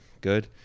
good